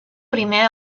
primer